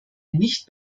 nicht